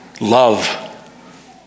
love